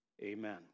Amen